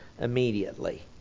immediately